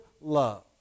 love